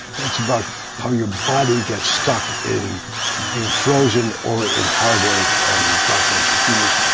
it's about how your body gets stuck in being frozen or in heartache and gut-wrenching feelings.